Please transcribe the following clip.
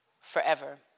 forever